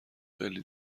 خیلی